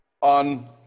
On